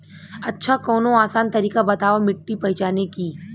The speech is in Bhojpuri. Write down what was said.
अच्छा कवनो आसान तरीका बतावा मिट्टी पहचाने की?